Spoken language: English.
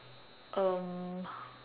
um